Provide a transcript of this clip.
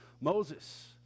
Moses